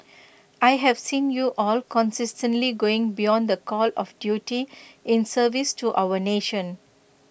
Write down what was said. I have seen you all consistently going beyond the call of duty in service to our nation